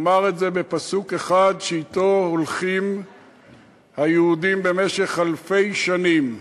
אומר את זה בפסוק אחד שאתו הולכים היהודים במשך אלפי שנים: